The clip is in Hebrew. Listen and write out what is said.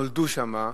נולדו שם,